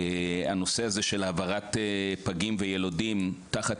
הנושא הזה של העברת פגים וילודים תחת